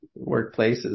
workplaces